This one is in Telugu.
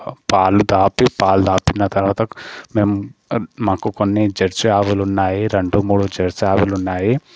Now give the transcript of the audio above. పాలు తాపి పాలు తాపిన తర్వాత మేం మాకు కొన్ని జెర్సీ ఆవులు ఉన్నాయి రెండు మూడు జెర్సీ ఆవులు ఉన్నాయి